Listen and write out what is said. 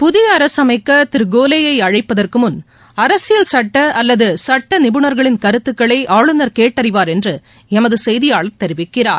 புதிய அரசு அமைக்க திரு கோலே யை அழைப்பதற்கு முன் அரசியல் சட்ட அல்லது சட்ட நிபுணர்களின் கருத்துகளை ஆளுநர் கேட்டறிவார் என்று எமது செய்தியாளர் தெரிவிக்கிறார்